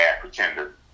pretender